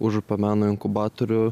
užupio meno inkubatorių